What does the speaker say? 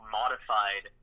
modified